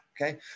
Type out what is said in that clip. Okay